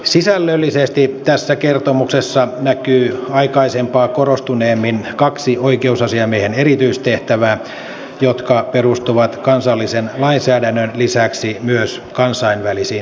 sisällöllisesti tässä kertomuksessa näkyy aikaisempaa korostuneemmin kaksi oikeusasiamiehen erityistehtävää jotka perustuvat kansallisen lainsäädännön lisäksi kansainvälisiin sopimuksiin